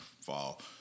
fall